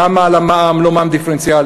למה על המע"מ ולא מע"מ דיפרנציאלי?